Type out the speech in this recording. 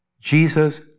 Jesus